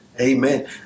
amen